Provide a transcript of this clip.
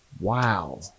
Wow